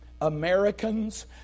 Americans